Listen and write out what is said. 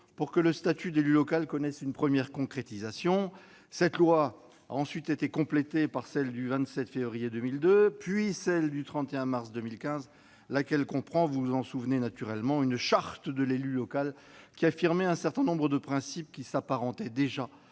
pour que le statut d'élu local connaisse une première concrétisation. Cette loi a été complétée par celle du 27 février 2002 et par celle du 31 mars 2015, laquelle comprenait une charte de l'élu local qui affirmait un certain nombre de principes s'apparentant déjà